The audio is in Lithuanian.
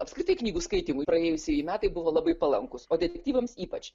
apskritai knygų skaitymui praėjusieji metai buvo labai palankūs o detektyvams ypač